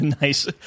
Nice